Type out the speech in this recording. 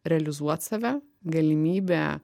realizuot save galimybė